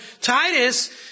Titus